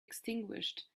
extinguished